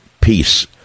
peace